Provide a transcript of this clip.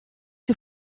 dêr